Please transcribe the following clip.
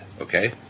Okay